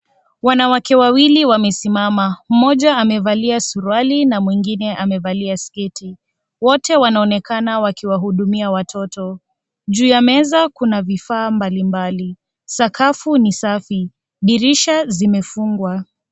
Wanawake wawili wamesimama. Mmoja amevalia suruali, na mwingine amevalia sketi. Wote wanaonekana wakiwahudumia watoto. Juu ya meza kuna vifaa mbali mbali, sakafu ni safi, dirisha zimefungwa.